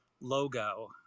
logo